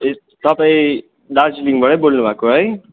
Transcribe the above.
ए तपाईँ दार्जिलिङबाटै बोल्नु भएको है